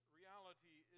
reality